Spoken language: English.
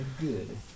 good